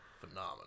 Phenomenal